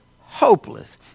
hopeless